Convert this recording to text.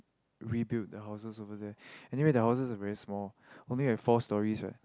rebuild the houses over there and then the houses are very small only like four stories what